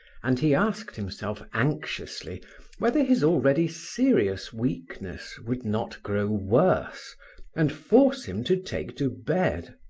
and he asked himself anxiously whether his already serious weakness would not grow worse and force him to take to bed.